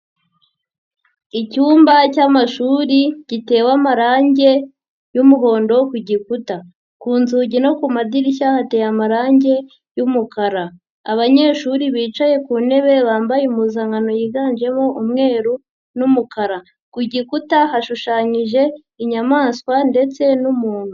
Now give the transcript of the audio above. Icyumba cy'amashuri gitewe amarangi y'umuhondo ku gikuta. Ku nzugi no ku madirishya hateye amarangi y'umukara. Abanyeshuri bicaye ku ntebe bambaye impuzankano yiganjemo umweru n'umukara. Ku gikuta hashushanyije inyamaswa ndetse n'umuntu.